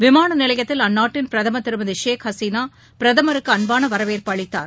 விமானநிலையத்தில் அந்நாட்டின் பிரதமர் திருமதி ஷேக் ஹசீனா பிரதமருக்கு அன்பான வரவேற்பு அளித்தார்